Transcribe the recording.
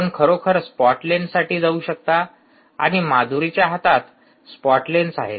आपण खरोखर स्पॉट लेन्ससाठी जाऊ शकता आणि माधुरीच्या हातात स्पॉट लेन्स आहेत